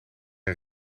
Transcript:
een